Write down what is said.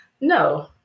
No